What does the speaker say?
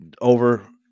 over